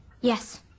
Yes